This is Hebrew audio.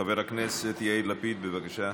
חבר הכנסת יאיר לפיד, בבקשה.